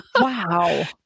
Wow